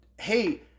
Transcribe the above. hey